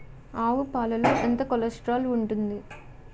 ఆవు పాలలో ఎంత కొలెస్ట్రాల్ ఉంటుంది?